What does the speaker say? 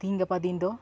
ᱛᱤᱦᱤᱧ ᱜᱟᱯᱟ ᱫᱤᱱ ᱫᱚ